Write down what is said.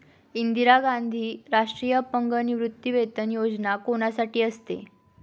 इंदिरा गांधी राष्ट्रीय अपंग निवृत्तीवेतन योजना कोणासाठी असते?